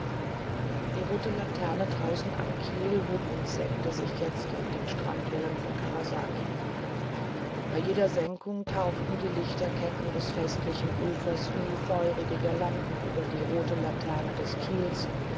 die rote laterne draußen am kiel hob und senkte sich jetzt auf den strandwellen von karasaki bei jeder senkung tauchten die lichterketten des festlichen ufers wie feurige girlanden über die rote laterne des kiels